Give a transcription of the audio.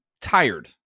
tired